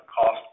cost